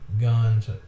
guns